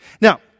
Now